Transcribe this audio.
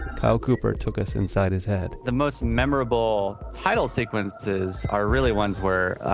kyle cooper took us inside his head the most memorable title sequences are really ones where,